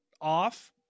off